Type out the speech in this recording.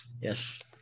Yes